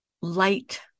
light